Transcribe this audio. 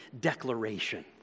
declaration